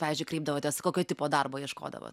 pavyzdžiui kreipdavotės kokio tipo darbo ieškodavo